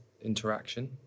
interaction